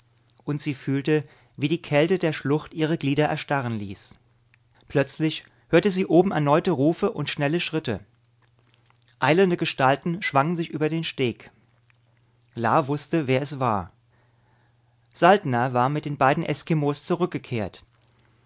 und sie fühlte wie die kälte der schlucht ihre glieder erstarren ließ plötzlich hörte sie oben erneute rufe und schnelle schritte eilende gestalten schwangen sich über den steg la wußte wer es war saltner war mit den beiden eskimos zurückgekehrt